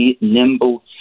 nimble